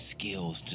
skills